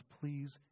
please